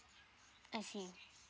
I see